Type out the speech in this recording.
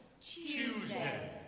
Tuesday